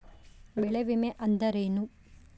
ಬೆಳೆ ವಿಮೆ ಅಂದರೇನು?